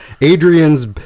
Adrian's